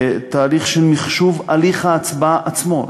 התהליך של מחשוב הליך ההצבעה עצמו,